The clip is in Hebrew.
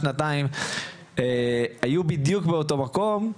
שנתיים היו בדיון באותו מקום,